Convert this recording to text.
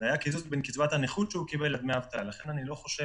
לא רק שנאמר לנו שהוא ייפתר, אלא אמרו לנו: